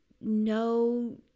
no